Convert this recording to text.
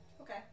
Okay